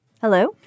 Hello